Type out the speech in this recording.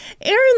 Aaron